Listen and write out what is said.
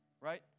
right